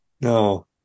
no